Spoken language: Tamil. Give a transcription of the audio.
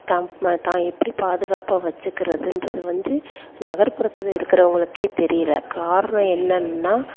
தம்ம தான் எப்படி பாதுகாப்பாக வச்சிக்கிறதுன்றது வந்து நகர்புறத்தில் இருக்கிறவங்களுக்கே தெரியலை காரணம் என்னன்னா